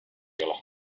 ole